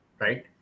right